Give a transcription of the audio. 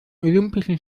olympischen